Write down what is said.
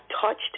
touched